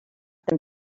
them